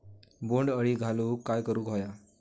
बोंड अळी घालवूक काय करू व्हया?